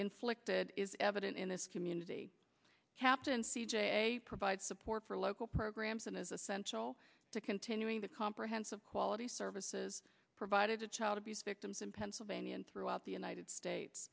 inflicted is evident in this community captain c j a provide support for local programs and is essential to continuing the comprehensive quality services provided to child abuse victims in pennsylvania and throughout the united states